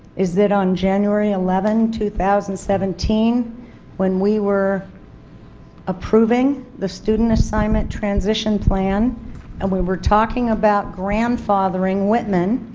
is that on january eleven, two thousand and seventeen when we were approving the student assignment transition plan and we were talking about grandfathering whitman